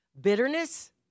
bitterness